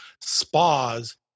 spas